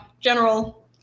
general